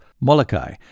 Molokai